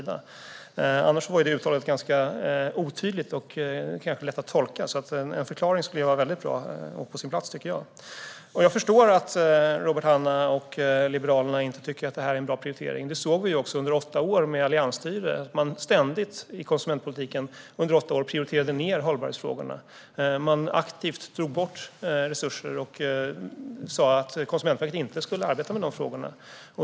Annars blir uttalandet otydligt och inte så lätt att tolka. En förklaring vore därför väldigt bra att få och vore på sin plats, tycker jag. Jag förstår att Robert Hannah och Liberalerna inte tycker att detta är en bra prioritering. Det såg vi även under åtta år med alliansstyre. Under dessa åtta år prioriterade man ständigt ned hållbarhetsfrågorna inom konsumentpolitiken. Man drog aktivt bort resurser och sa att Konsumentverket inte skulle arbeta med dessa frågor.